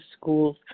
schools